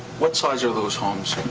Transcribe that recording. what size are those homes?